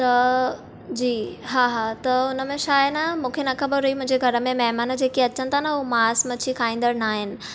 त जी हा हा त उन में छाहे न मूंखे न ख़बर हुई मुंहिंजे घर में मेहमान जेके अचनि था न हू मास मछी खाईंदण नाहिनि